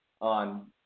on